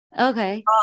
Okay